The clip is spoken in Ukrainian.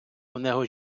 унего